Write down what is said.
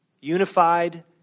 Unified